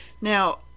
Now